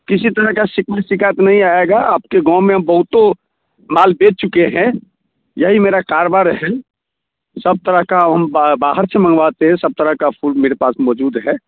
किसी तरह का शिकवा शिकायत नहीं आएगा आपके गाँव में हम बहुतों माल बेच चुके हैं यही मेरा कारोबार है सब तरह का हम बाहर से मँगवाते हैं सब तरह का फूल मेरे पास मौजूद हैं